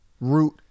root